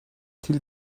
thil